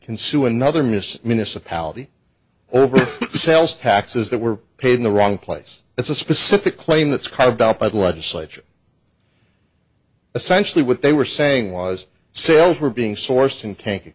can sue another miss municipality over the sales taxes that were paid in the wrong place it's a specific claim that's carved out by the legislature essentially what they were saying was sales were being source in kank